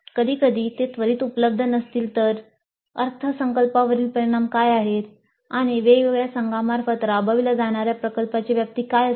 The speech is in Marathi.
कधीकधी ते त्वरित उपलब्ध नसतील तर अर्थसंकल्पावरील परिणाम काय आहेत आणि वेगवेगळ्या संघांमार्फत राबविल्या जाणार्या प्रकल्पाची व्याप्ती काय असेल